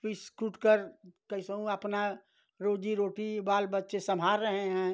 piece कूटकर कैसे भी अपनी रोजी रोटी बाल बच्चे सम्भाल रहे हैं